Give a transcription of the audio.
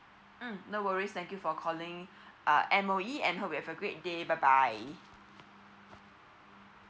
mm no worries thank you for calling uh M_O_E and hope you have a great day bye bye